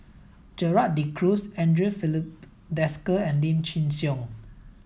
Gerald De Cruz Andre Filipe Desker and Lim Chin Siong